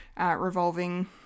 revolving